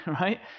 right